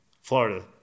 Florida